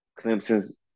Clemson's